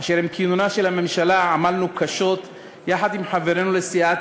אשר עם כינונה של הממשלה עמלנו קשות יחד עם חברינו לסיעת